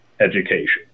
education